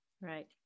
Right